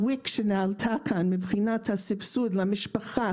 ה-WIC שעלה כאן מבחינת הסבסוד למשפחה,